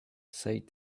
said